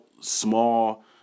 small